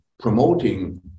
promoting